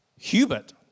Hubert